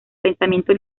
pensamiento